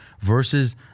versus